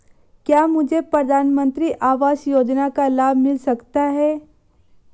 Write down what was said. क्या मुझे प्रधानमंत्री आवास योजना का लाभ मिल सकता है?